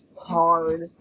hard